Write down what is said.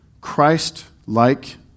Christ-like